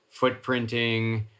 footprinting